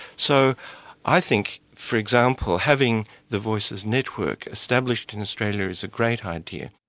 so i think for example having the voices network established in australia is a great idea.